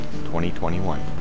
2021